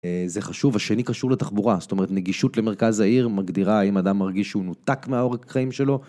זה חשוב. השני קשור לתחבורה, זאת אומרת נגישות למרכז העיר מגדירה האם אדם מרגיש שהוא נותק מהעורק חיים שלו.